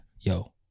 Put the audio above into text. Yo